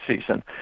season